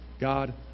God